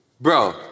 Bro